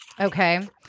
Okay